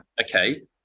okay